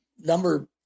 number